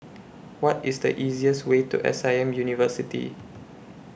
What IS The easiest Way to S I M University